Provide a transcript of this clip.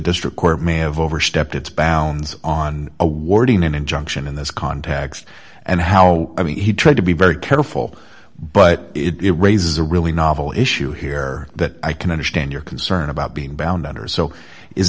district court may have overstepped its bounds on awarding an injunction in this context and how i mean he tried to be very careful but it raises a really novel issue here that i can understand your concern about being bound under so is